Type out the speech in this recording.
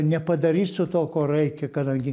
nepadarysiu to ko reikia kadangi